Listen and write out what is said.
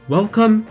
Welcome